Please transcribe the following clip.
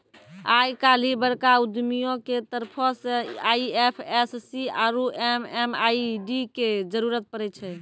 आइ काल्हि बड़का उद्यमियो के तरफो से आई.एफ.एस.सी आरु एम.एम.आई.डी के जरुरत पड़ै छै